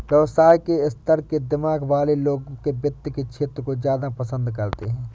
व्यवसाय के स्तर के दिमाग वाले लोग वित्त के क्षेत्र को ज्यादा पसन्द करते हैं